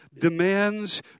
demands